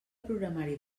programari